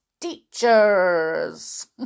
teachers